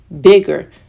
bigger